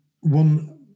one